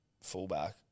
fullback